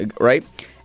right